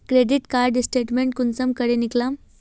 Credit card statement कुंसम करे निकलाम?